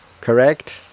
correct